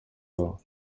babo